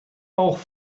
auch